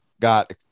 got